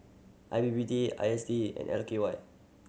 I P P T I S D and L K Y